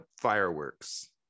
fireworks